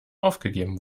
aufgegeben